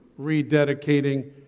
rededicating